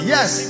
Yes